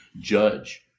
judge